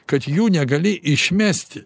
kad jų negali išmesti